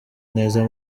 neza